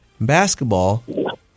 Basketball